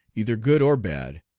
either good or bad,